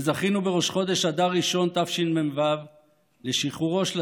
וזכינו בראש חודש אדר ראשון תשמ"ו לשחרורו של